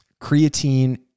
Creatine